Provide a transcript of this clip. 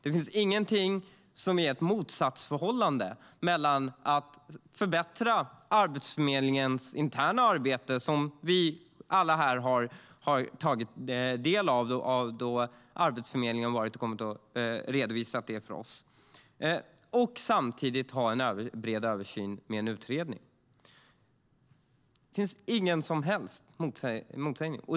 Det finns inget motsatsförhållande mellan att förbättra Arbetsförmedlingens interna arbete - vi har alla här tagit del av detta då Arbetsförmedlingen har kommit och redovisat det för oss - och att samtidigt ha en bred översyn med en utredning. Det finns ingen som helst motsättning.